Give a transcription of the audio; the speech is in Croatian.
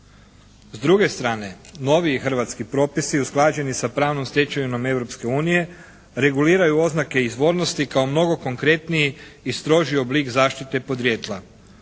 S druge strane, noviji hrvatski propisi usklađeni s pravnom stečevinom Europske unije, reguliraju oznake izvornosti kao novo konkretniji i strožiji oblik zaštite podrijetla.